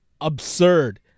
absurd